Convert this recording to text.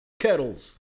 kettles